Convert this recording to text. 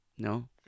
No